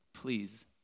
Please